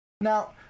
Now